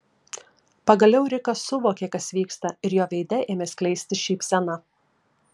pagaliau rikas suvokė kas vyksta ir jo veide ėmė skleistis šypsena